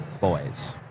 boys